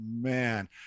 man